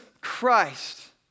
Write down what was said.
Christ